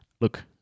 Look